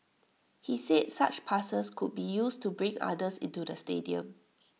he said such passes could be used to bring others into the stadium